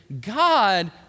God